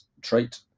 Trait